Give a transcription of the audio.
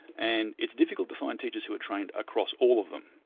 and it's difficult to find teachers who are trained across all of them,